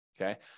Okay